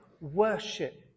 worship